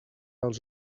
dels